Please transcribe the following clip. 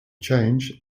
change